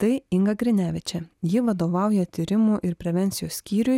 tai inga grinevičė ji vadovauja tyrimų ir prevencijos skyriui